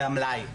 זה המלאי,